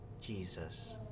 Jesus